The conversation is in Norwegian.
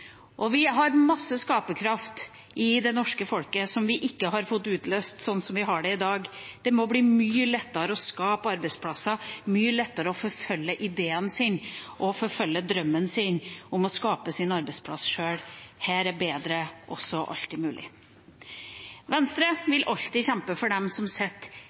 mulighetene. Vi har masse skaperkraft i det norske folket som vi ikke har fått utløst sånn som vi har det i dag. Det må bli mye lettere å skape arbeidsplasser, mye lettere å forfølge ideen sin og forfølge drømmen sin om å skape sin arbeidsplass sjøl. Her er bedre også alltid mulig. Venstre vil alltid kjempe for dem som